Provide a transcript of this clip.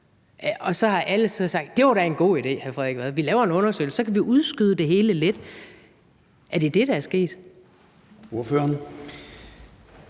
da en god idé, hr. Frederik Vad – vi laver en undersøgelse, og så kan vi udskyde det hele lidt. Er det det, der er sket?